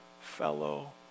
fellow